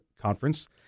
Conference